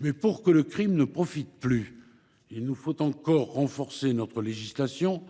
Mais pour que le crime ne profite plus, il nous faut encore renforcer notre législation